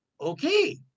okay